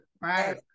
right